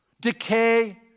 Decay